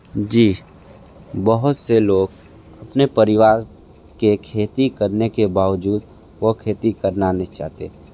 जी बहुत से लोग अपने परिवार के खेती करने के बावजूद वह खेती करना नहीं चाहते